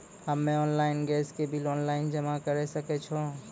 हम्मे आपन गैस के बिल ऑनलाइन जमा करै सकै छौ?